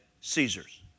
Caesar's